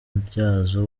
ryazo